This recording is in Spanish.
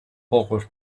pocos